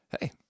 Hey